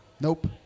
Nope